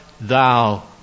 Thou